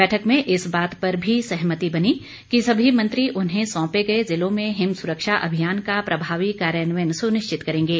बैठक में इस बात पर भी सहमति बनी कि सभी मंत्री उन्हें सौंपे गए जिलों में हिम सुरक्षा अभियान का प्रभावी कार्यान्वयन सुनिश्चित करेंगे